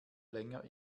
länger